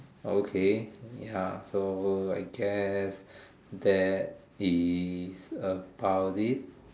okay ya so I guess that is about it